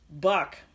buck